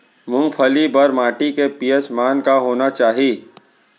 मूंगफली बर माटी के पी.एच मान का होना चाही?